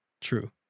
True